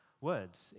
words